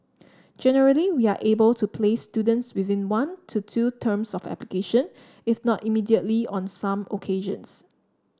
generally we are able to place students within one to two terms of application it's not immediately on some occasions